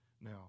now